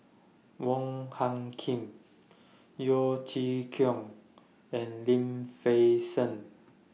Wong Hung Khim Yeo Chee Kiong and Lim Fei Shen